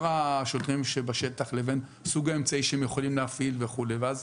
השוטרים שבשטח לבין סוג האמצעי שהם יכולים להפעיל וכו' ואז